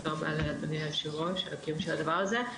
תודה לאדוני היו"ר על הדבר הזה.